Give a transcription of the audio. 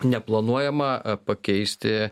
neplanuojama pakeisti